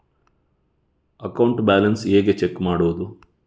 Account balance ಹೇಗೆ check ಮಾಡುವುದು?